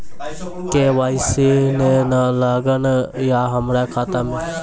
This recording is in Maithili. के.वाई.सी ने न लागल या हमरा खाता मैं?